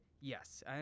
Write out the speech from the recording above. yes